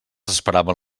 esperaven